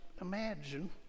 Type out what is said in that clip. imagine